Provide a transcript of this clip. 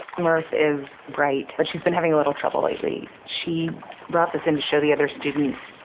murph is bright, but she's been having a little trouble lately. she brought this in to show the other students.